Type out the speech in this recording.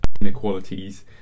inequalities